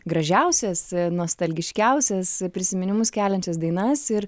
gražiausias nostalgiškiausias prisiminimus keliančias dainas ir